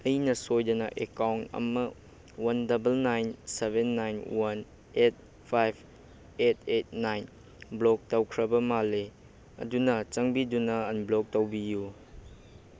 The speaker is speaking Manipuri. ꯑꯩꯅ ꯁꯣꯏꯗꯅ ꯑꯦꯀꯥꯎꯟ ꯑꯃ one double nine seven nine one eight five eight eight nine block ꯇꯧꯈ꯭ꯔꯕ ꯃꯥꯜꯂꯦ ꯑꯗꯨꯅ ꯆꯪꯕꯤꯗꯨꯅ ꯑꯟꯕ꯭ꯂꯣꯛ ꯇꯧꯕꯤꯎ